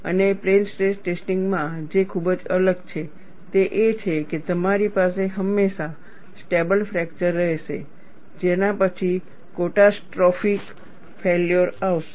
અને plain stress ટેસ્ટિંગમાં જે ખૂબ જ અલગ છે તે એ છે કે તમારી પાસે હંમેશા સ્ટેબલ ફ્રેકચર રહેશે જેના પછી કેટાસ્ટ્રોફીક ફેલ્યોર આવશે